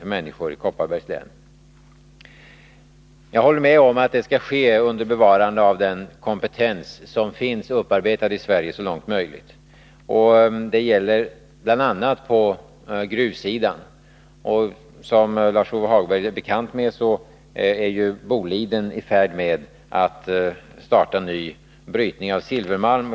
Jag håller med om att det så långt det är möjligt skall ske under bevarande av den kompetens som finns i Sverige. Och det gäller bl.a. på gruvsidan. Som Lars-Ove Hagberg vet är Boliden AB i färd med att starta en ny brytning av silvermalm.